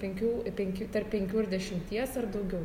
penkių penki tarp penkių ir dešimties ar daugiau